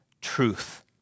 truth